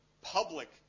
public